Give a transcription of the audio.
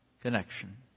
connection